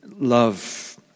love